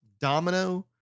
Domino